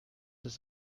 ist